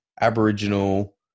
Aboriginal